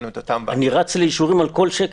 אני רץ לאישורים על כל שקל.